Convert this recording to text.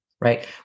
right